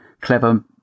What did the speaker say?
clever